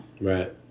Right